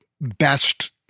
best